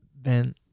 Ben